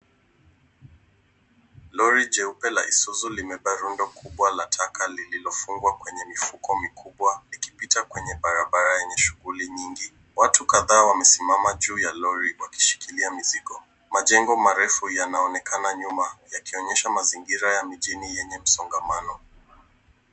Lori kubwa la Isuzu limebeba rundo kubwa la taka lililofungwa kwenye mifuko mikubwa ikipita kwenye barabara yenye shughuli nyingi. Watu kadhaa wamesimama juu ya lori wakishikilia mizigo. Majengo marefu yanaonekana nyuma yakionyesha mazingira ya mjini yenye msongamano.